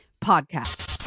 Podcast